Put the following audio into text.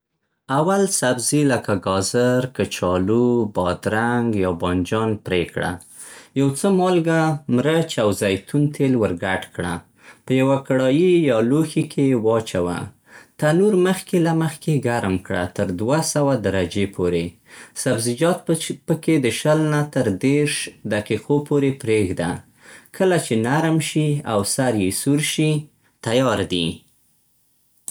اول سبزي لکه گاذر، کچالو، بادرنگ، یا بانجان پرې کړه. یو څه مالګه، مرچ، او زیتون تېل ور ګډ کړه. په یوه کړايي یا لوښي کې یې واچوه. تنور مخکې له مخکې ګرم کړه تر دوه سوه درجې پورې. سبزيجات په - پکې د شل نه تر دېرش دقیقو پورې پرېږده. کله چې نرم شي او سر یې سور شي، تیار دي.